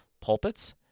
pulpits